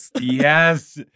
Yes